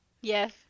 Yes